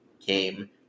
came